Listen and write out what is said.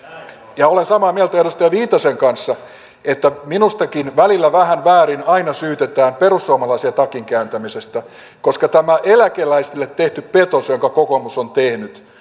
olen samaa mieltä edustaja viitasen kanssa että minustakin välillä vähän väärin aina syytetään perussuomalaisia takinkääntämisestä koska tämä eläkeläisille tehty petos jonka kokoomus on tehnyt